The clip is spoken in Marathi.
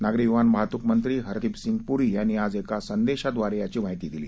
नागरी विमान वाहतूक मंत्री हरदिपसिंग पुरी यांनी आज एका संदेशाद्वारे याची माहिती दिली